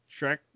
Shrek